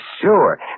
sure